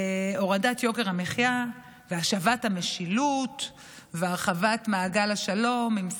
הורדת יוקר המחיה והשבת המשילות והרחבת מעגל השלום עם סעודיה.